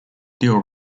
deal